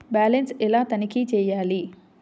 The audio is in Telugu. బ్యాలెన్స్ ఎలా తనిఖీ చేయాలి?